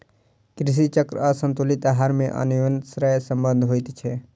कृषि चक्र आसंतुलित आहार मे अन्योनाश्रय संबंध होइत छै